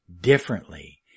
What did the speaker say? differently